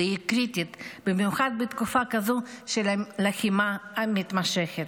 והיא קריטית, במיוחד בתקופה כזו של לחימה מתמשכת.